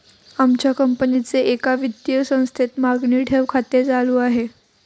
आमच्या कंपनीचे एका वित्तीय संस्थेत मागणी ठेव खाते चालू आहे